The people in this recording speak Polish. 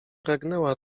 pragnęła